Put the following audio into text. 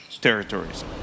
territories